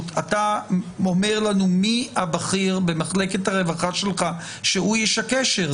אתה אומר לנו מי הבכיר במחלקת הרווחה שלך שהוא איש הקשר,